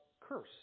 curse